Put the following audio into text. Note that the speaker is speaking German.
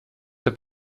der